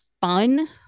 fun